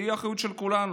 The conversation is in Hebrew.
והיא האחריות של כולנו.